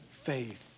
faith